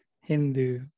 Hindu